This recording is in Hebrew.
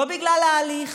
לא בגלל ההליך.